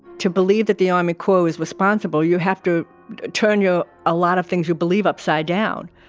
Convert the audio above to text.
to believe that the army corps is responsible, you have to turn your, a lot of things you believe upside down.